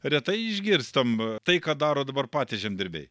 retai išgirstam tai ką daro dabar patys žemdirbiai